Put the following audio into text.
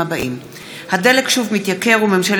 בהצעתו של חבר הכנסת איתן ברושי בנושא: הדלק שוב מתייקר וממשלת